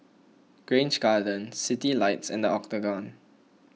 Grange Garden Citylights and the Octagon